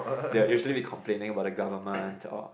they're usually complaining about the government or